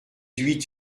huit